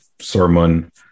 sermon